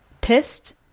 Pissed